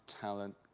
talent